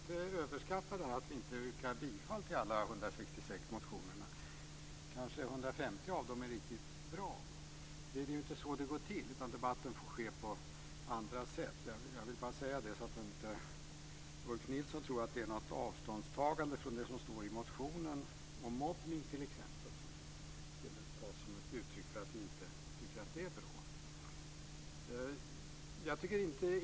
Det får inte överbetonas att vi inte yrkar bifall till alla de 166 motionerna. Kanske 150 av dem är riktigt bra. Det är inte så det går till, utan debatten får ske på andra sätt. Jag vill bara säga det så att Ulf Nilsson inte tror att det är något avståndstagande från det som står i motionen om t.ex. mobbning. Det skall inte tas för uttryck för att vi inte tycker att det är bra.